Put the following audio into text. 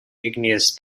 igneous